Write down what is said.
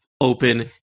open